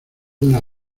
una